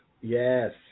Yes